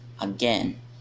Again